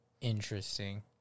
Interesting